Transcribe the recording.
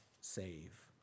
save